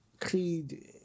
creed